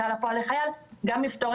האשראי השלילי הזה על הגב שלהם גם שלוש שנים